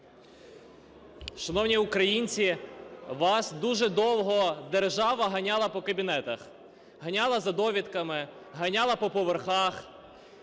Шановні українці, вас дуже довго держава ганяла по кабінетах, ганяла за довідками, ганяла по поверхах.